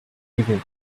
leaving